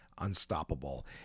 Unstoppable